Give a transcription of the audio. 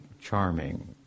charming